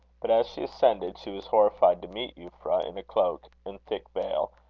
but, as she ascended, she was horrified to meet euphra, in a cloak and thick veil,